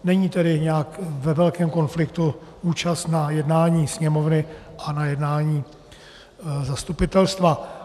Není tedy nijak ve velkém konfliktu, účast na jednání Sněmovny a na jednání zastupitelstva.